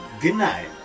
goodnight